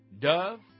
dove